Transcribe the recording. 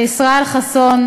לישראל חסון,